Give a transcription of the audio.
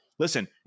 Listen